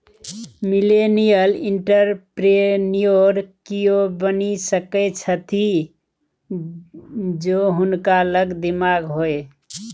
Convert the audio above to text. millennial entrepreneur कियो बनि सकैत छथि जौं हुनका लग दिमाग होए